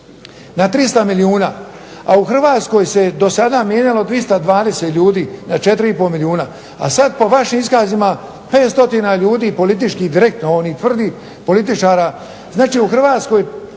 na 300 milijuna, a u Hrvatskoj se do sada mijenjalo 220 ljudi na 4 i pol milijuna, a sad po vašim iskazima 5 stotina ljudi i političkih direktno onih tvrdih političara. Znači u Hrvatskoj